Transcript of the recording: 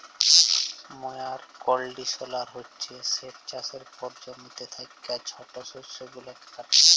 ময়ার কল্ডিশলার হছে যেট চাষের পর জমিতে থ্যাকা ছট শস্য গুলাকে কাটে